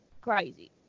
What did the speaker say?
crazy